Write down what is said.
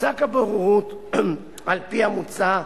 פסק הבוררות, על-פי המוצע,